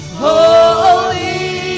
holy